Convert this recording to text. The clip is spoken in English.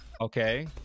Okay